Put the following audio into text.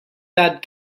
that